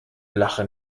lache